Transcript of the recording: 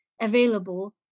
available